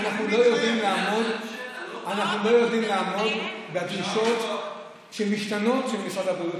אנחנו לא יודעים לעמוד בדרישות המשתנות של משרד הבריאות,